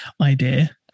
idea